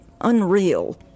unreal